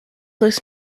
this